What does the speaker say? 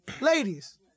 ladies